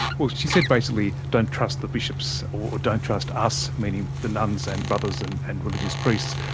well, she said basically, don't trust the bishops, or don't trust us, meaning the nuns and brothers and and religious priests,